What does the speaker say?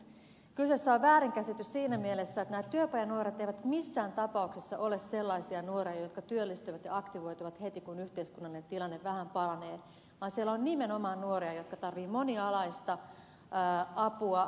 todellakin kyseessä on väärinkäsitys siinä mielessä että nämä työpajanuoret eivät missään tapauksessa ole sellaisia nuoria jotka työllistyvät ja aktivoituvat heti kun yhteiskunnallinen tilanne vähän paranee vaan siellä on nimenomaan nuoria jotka tarvitsevat monialaista apua